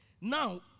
Now